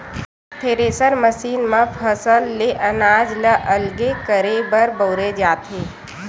thresher machine म फसल ले अनाज ल अलगे करे बर बउरे जाथे